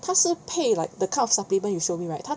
他是配 like the kind of supplement you show me right 他